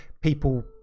people